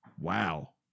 Wow